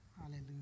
hallelujah